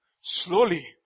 slowly